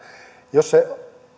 jos sitä